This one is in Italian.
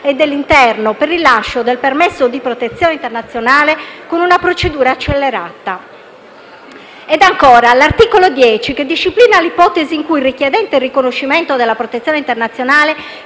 e dell'interno, per il rilascio del permesso di protezione internazionale, con una procedura accelerata. C'è poi l'articolo 10, che disciplina l'ipotesi in cui il richiedente il riconoscimento della protezione internazionale